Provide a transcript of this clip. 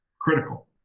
Critical